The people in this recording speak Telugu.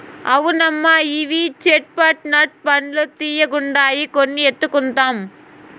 అవునమ్మా ఇవి చేట్ పట్ నట్ పండ్లు తీయ్యగుండాయి కొన్ని ఎత్తుకుందాం